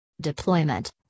Deployment